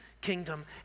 kingdom